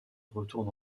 retourne